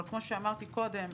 אבל כמו שאמרתי קודם,